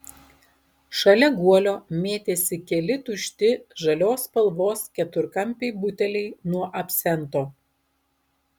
šalia guolio mėtėsi keli tušti žalios spalvos keturkampiai buteliai nuo absento